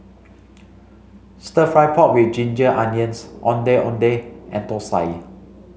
stir fry pork with ginger onions Ondeh Ondeh and Thosai